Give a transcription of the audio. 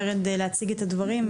ורד להציג את הדברים,